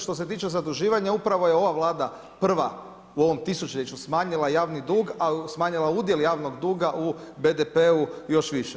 Što se tiče zaduživanja, upravo je ova vlada, prva u ovom tisućljeću smanjila javni dug, ali smanjila udjel javnog duga u BDP-u još više.